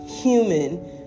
human